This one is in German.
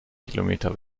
kilometer